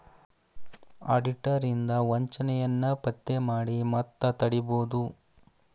auditor ಇಂದಾ ವಂಚನೆಯನ್ನ ಪತ್ತೆ ಮಾಡಿ ಮತ್ತ ತಡಿಬೊದು